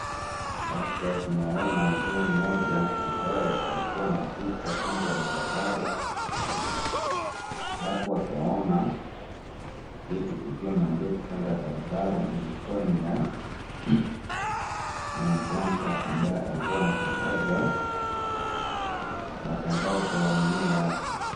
Hapa tunaona mzee mmoja ambaye alikuwa anapita kando ya barabara halafu akaona kitu ikiwa imeandikwa kando ya barabara na ilikuwa ya ni ya mg'anga amabaye alikuwa anatangaza eneo yake.